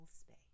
space